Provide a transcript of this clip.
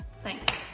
Thanks